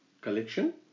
collection